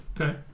Okay